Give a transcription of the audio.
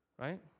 right